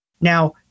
Now